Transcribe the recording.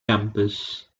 campus